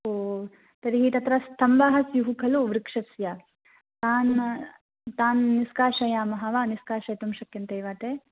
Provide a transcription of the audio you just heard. ओ तर्हि तत्र स्तम्भः स्युः खलु वृक्षस्य तान् तान् निष्कासयामः वा निष्कासयितुं शक्यन्ते वा ते